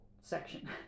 section